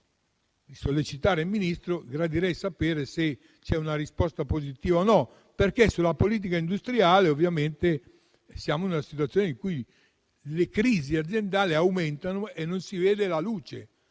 di sollecitare il Ministro, se c'è una risposta positiva o no. Sulla politica industriale siamo in una situazione in cui le crisi aziendali aumentano e non si vede la luce,